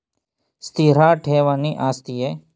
ಸ್ಥಿರ ಠೇವಣಿ ಆಸ್ತಿಯೇ?